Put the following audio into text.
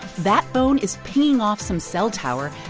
that phone is pinging off some cell tower,